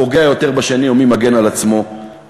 פוגע יותר בשני או מי מגן על עצמו יותר,